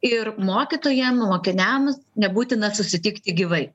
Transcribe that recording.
ir mokytojam mokiniams nebūtina susitikti gyvai